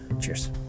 cheers